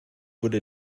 wurde